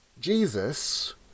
Jesus